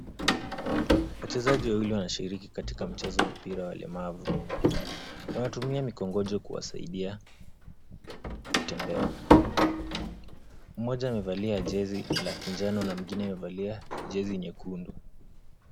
Wachezaji wawili wanashiriki katika mchezo wa mpira wa walemavu. Wanatumia mikongojo kuwasaidia kutembea. Mmoja amevalia jezi la kinjano na mwingine amevalia jezi nyekundu.